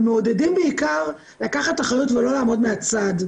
ומעודדים בעיקר לקחת אחריות ולא לעמוד מהצד.